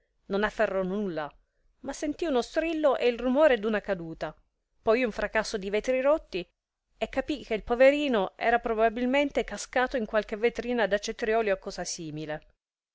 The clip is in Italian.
non afferrò nulla ma sentì uno strillo e il rumore d'una caduta poi un fracasso di vetri rotti e capì che il poverino era probabilmente cascato in qualche vetrina da cetrioli o cosa simile